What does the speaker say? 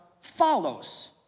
follows